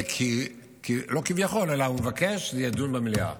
זה כי הוא מבקש שזה יידון במליאה.